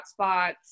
hotspots